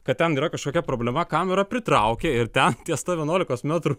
kad ten yra kažkokia problema kamera pritraukia ir ten ties ta vienuolikos metrų